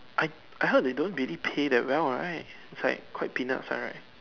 I I heard they don't really pay that well right it's like quite peanuts one right